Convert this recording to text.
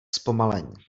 zpomalení